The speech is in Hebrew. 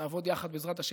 נעבוד קשה יחד, בעזרת השם,